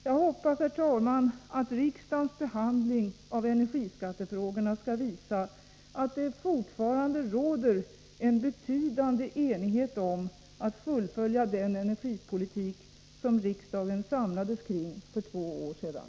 Jag hoppas, herr talman, att riksdagens behandling av energiskattefrågorna skall visa att det fortfarande råder en betydande enighet om att fullfölja den energipolitik som riksdagen samlades kring för två år sedan.